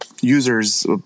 users